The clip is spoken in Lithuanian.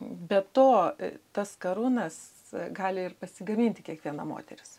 be to tas karūnas gali ir pasigaminti kiekviena moteris